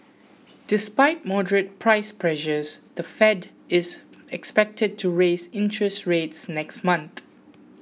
despite moderate price pressures the Fed is expected to raise interest rates next month